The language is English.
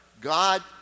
God